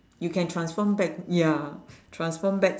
you can transform back ya transform back